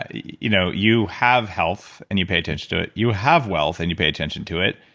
ah you know you have health, and you pay attention to it you have wealth, and you pay attention to it.